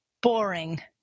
boring